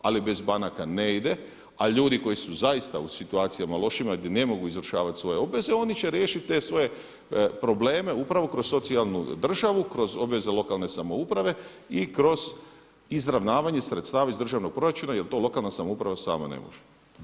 Ali bez banaka ne ide, a ljudi koji su zaista u situacijama lošima gdje ne mogu izvršavati svoje obveze oni će riješiti te svoje probleme upravo kroz socijalnu državu, kroz obveze lokalne samouprave i kroz izravnavanje sredstava iz državnog proračuna jer to lokalna samouprave sama ne može.